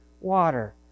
water